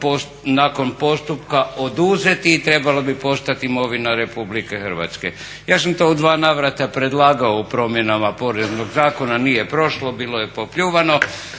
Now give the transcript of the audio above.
nakon postupka oduzeti i trebala bi postati imovina Republike Hrvatske. Ja sam to u dva navrata predlagao u promjenama Poreznog zakona, nije prošlo, bilo je popljuvano